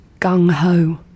gung-ho